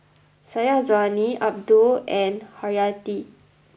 Syazwani Abdul and Haryati